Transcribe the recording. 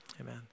Amen